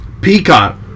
Peacock